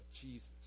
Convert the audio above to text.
Jesus